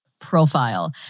profile